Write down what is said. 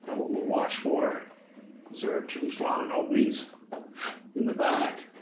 what we'll watch for is there are two slotted openings in the back